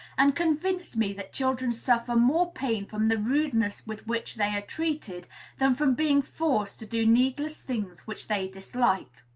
and convinced me that children suffer more pain from the rudeness with which they are treated than from being forced to do needless things which they dislike.